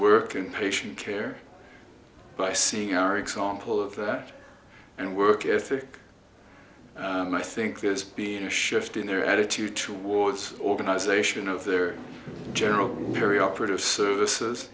working patient care by seeing our example of that and work ethic and i think that it's be a shift in their attitude towards organization of their general perioperative services